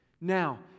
Now